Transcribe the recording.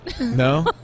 No